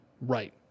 right